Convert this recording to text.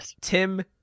Tim